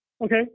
Okay